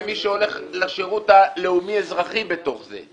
מי שהולך לשירות הלאומי אזרחי בתוך זה,